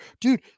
Dude